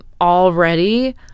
already